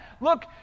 look